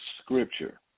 Scripture